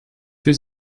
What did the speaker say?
für